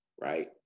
right